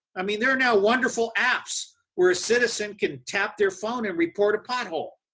i mean, there are now wonderful apps where a citizen can tap there phone and report a pothole.